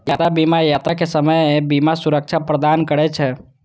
यात्रा बीमा यात्राक समय बीमा सुरक्षा प्रदान करै छै